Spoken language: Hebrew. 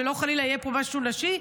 שלא חלילה יהיה פה משהו נשי,